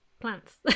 plants